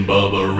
Bubba